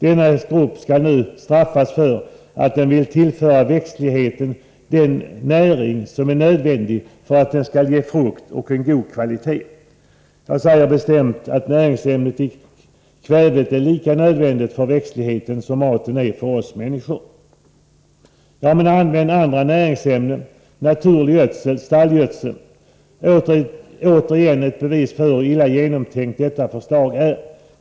Denna grupp skall nu straffas för att den vill tillföra växtligheten den näring som är nödvändig för att den skall ge frukt och god kvalitet. Jag säger bestämt att näringsämnet i kvävet är lika nödvändigt för växtligheten som maten för oss människor. Ja, men använd andra näringsämnen, naturlig gödsel, stallgödsel, invänder man. Återigen ett bevis på hur illa genomtänkt detta förslag är.